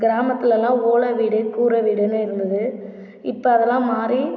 கிராமத்துலலாம் ஓலை வீடு கூரை வீடுன்னு இருந்தது இப்போ அதெல்லாம் மாதிரி